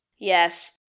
Yes